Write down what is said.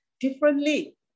differently